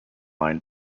line